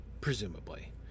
presumably